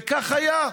וכך היה.